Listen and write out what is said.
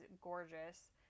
gorgeous